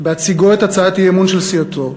בהציגו את הצעת האי-אמון של סיעתו,